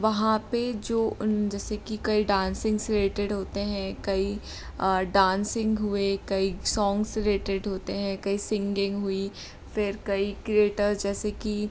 वहाँ पे जो जैसे कि कई डांसिंग से रिलेटेड होते हैं कई डांसिंग हुए कई सॉंग्स रिलेटेड होते हैं कई सिंगिंग हुई फिर कई क्रिएटर्ज़ जैसे कि